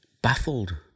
baffled